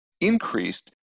increased